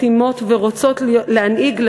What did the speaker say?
מתאימות ורוצות להנהיג,